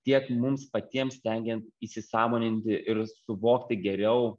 tiek mums patiems stengiant įsisąmoninti ir suvokti geriau